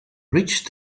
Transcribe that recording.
reached